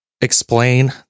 explain